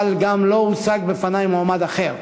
אבל גם לא הוצג בפני מועמד אחר,